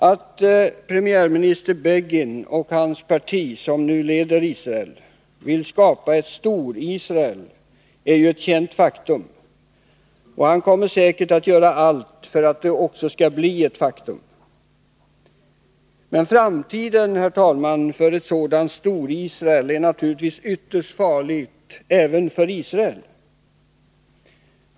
Att premiärminister Begin och hans parti, som nu leder Israel, vill skapa ett Storisrael är ett känt faktum, och han kommer säkert att göra allt för att ett Storisrael också skall bli ett faktum. Men framtiden, herr talman, för ett sådant Storisrael är naturligtvis ytterst farlig, även för Israel.